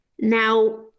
Now